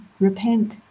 repent